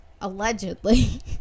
allegedly